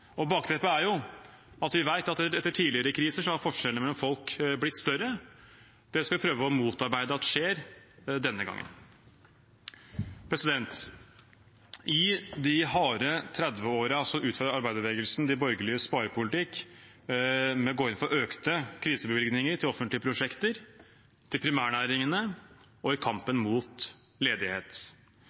Bakteppet er at vi vet at etter tidligere kriser har forskjellene mellom folk blitt større. Det skal vi prøve å motarbeide skjer denne gangen. I de harde 30-årene utfordret arbeiderbevegelsen de borgerliges sparepolitikk ved å gå inn for økte krisebevilgninger til offentlige prosjekter, til primærnæringene og i kampen mot ledighet.